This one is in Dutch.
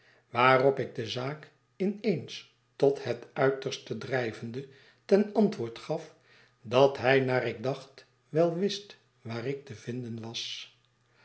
waarop ik de zaak in eens tot het uiterste drijvende ten antwoord gaf dat hij naar ik dacht wel wist waar ik te vinden was